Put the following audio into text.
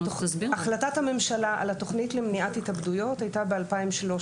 החלטת הממשלה על התוכנית למניעת התאבדויות הייתה ב-2013.